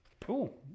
Cool